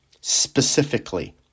specifically